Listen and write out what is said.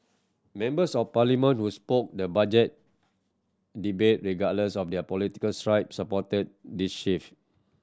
members of Parliament who was spoke the Budget debate regardless of their political stripes supported this shift